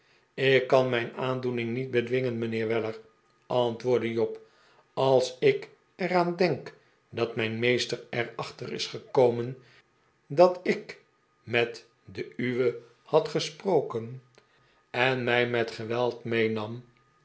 ik kan mijn aandoening niet bedwingen mijnheer weller antwoordde job als ik er aan denk dat mijn meester er achter is gekomen dat ik met den uwen had gesproken en mij met geweld meenam